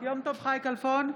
יום טוב חי כלפון,